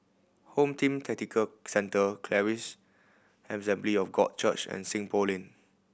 Home Team Tactical Centre Charis Assembly of God Church and Seng Poh Lane